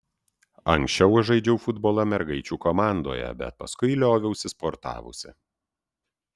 anksčiau aš žaidžiau futbolą mergaičių komandoje bet paskui lioviausi sportavusi